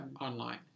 online